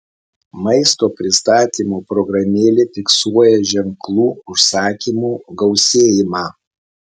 maisto pristatymo programėlė fiksuoja ženklų užsakymų gausėjimą